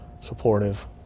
supportive